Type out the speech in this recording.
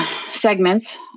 segments